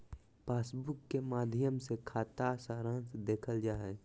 passbook के माध्मय से खाता सारांश देखल जा हय